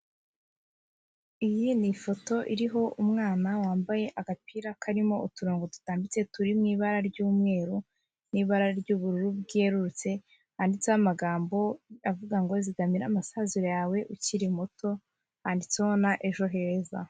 Iyi ni ifoto iriho umwana wambaye agapira karimo uturongogo dutambitse turi mu ibara ry'umweru, n'ibara ry'ubururu bwerurutse, handitseho amagambo avuga ngo zigamira amasaziro yawe ukiri muto, handitsweho na ejo heza.